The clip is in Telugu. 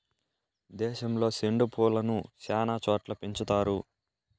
దేశంలో సెండు పూలను శ్యానా చోట్ల పెంచుతారు